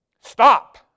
stop